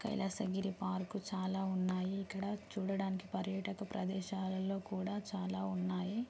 Kailasagiri park చాలా ఉన్నాయి ఇక్కడ చూడడానికి పర్యాటక ప్రదేశాలలో కూడా చాలా ఉన్నాయి